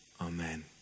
Amen